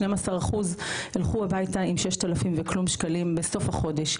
12% הלכו הביתה עם 6,000 וכלום שקלים בסוף החודש,